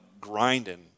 grinding